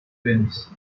wins